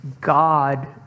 God